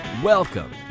Welcome